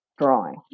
drawing